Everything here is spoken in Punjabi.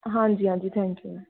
ਹਾਂਜੀ ਹਾਂਜੀ ਥੈਂਕ ਯੂ